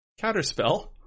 counterspell